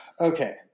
Okay